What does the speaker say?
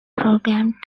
programmed